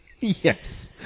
yes